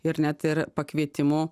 ir net ir pakvietimų